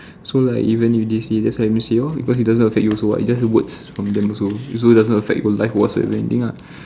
so like even you did say that why it miss you lor because it doesn't affect you also what it's just the words from them also it doesn't affect your life or whatsoever anything ah